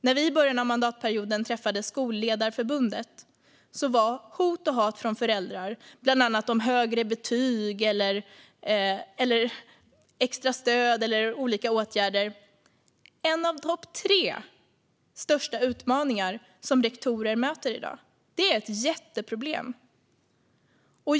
När vi i början av mandatperioden träffade Sveriges Skolledarförbund berättade de att hot och hat från föräldrar om bland annat högre betyg, extra stöd eller andra åtgärder är en av de tre största utmaningar som rektorer möter i dag. Det är ett jätteproblem.